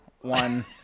one